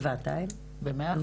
גבעתיים, במאה אחוז?